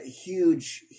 huge